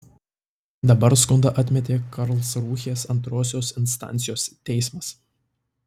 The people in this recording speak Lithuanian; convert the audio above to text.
dabar skundą atmetė karlsrūhės antrosios instancijos teismas